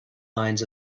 lines